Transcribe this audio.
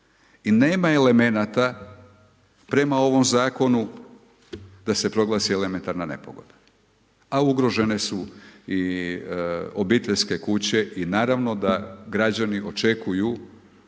I nema elemenata, prema ovom zakonu, da se proglasi elementarna nepogoda, a ugrožene su i obiteljske kuće, i naravno, da građani očekuju